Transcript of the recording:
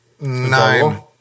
Nine